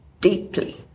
deeply